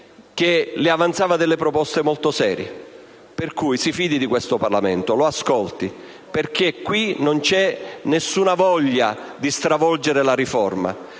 che avanzava proposte molto serie; per cui, si fidi di questo Parlamento, lo ascolti, perché qui non c'è nessuna voglia di stravolgere la riforma.